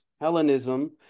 hellenism